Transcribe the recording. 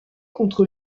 contre